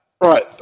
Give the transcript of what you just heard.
right